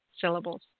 syllables